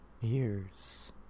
Years